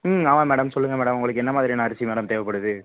ம் ஆமாம் மேடம் சொல்லுங்கள் மேடம் உங்களுக்கு என்ன மாதிரியான அரிசி மேடம் தேவைப்படுது